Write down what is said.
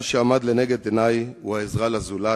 כיסא הגלגלים מהווה עבורי אמצעי לתנועה ותו-לא,